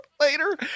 later